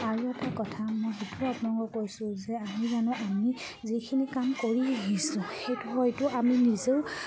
আৰু এটা কথা মই দুটা আপোনালোকক কৈছোঁ যে আমি জানো আমি যিখিনি কাম কৰি আহিছোঁ সেইটো হয়তো আমি নিজেও